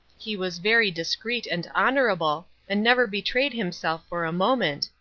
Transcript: he was very discreet and honourable, and never betrayed himself for a moment,